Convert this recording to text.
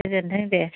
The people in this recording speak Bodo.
गोजोन्थों दे